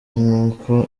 nk’uko